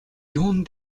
юун